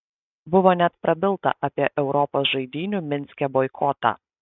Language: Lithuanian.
buvo net prabilta apie europos žaidynių minske boikotą